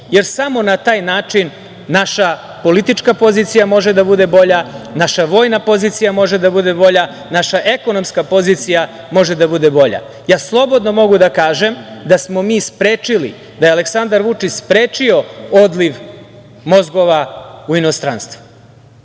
više. Samo na taj način naša politička pozicija može da bude bolja, naša vojna pozicija može da bude bolja, naša ekonomska pozicija može da bude bolje. Slobodno mogu da kažem da smo mi sprečili, da je Aleksandar Vučić sprečio odliv mozgova u inostranstvo,